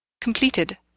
Completed